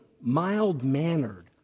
mild-mannered